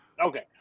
Okay